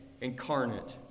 incarnate